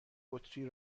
بطری